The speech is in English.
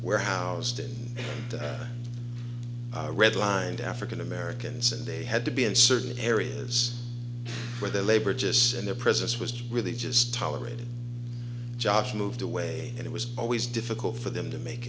warehoused in that red line to african americans and they had to be in certain areas where the labor just in their presence was really just tolerated josh moved away and it was always difficult for them to make